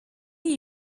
iyi